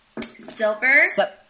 Silver